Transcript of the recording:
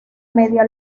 media